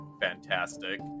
fantastic